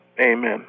amen